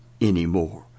anymore